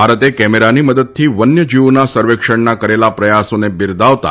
ભારતે કેમેરાની મદદથી વન્યજીવોના સર્વેક્ષણના કરેલા પ્રયાસોને બીરદાવતા